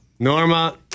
Norma